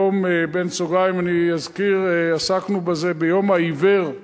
היום, בסוגריים אני אזכיר, עסקנו בזה ביום העיוור.